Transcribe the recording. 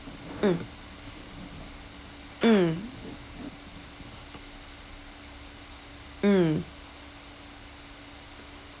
mm mm mm